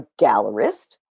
gallerist